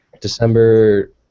December